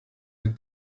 jak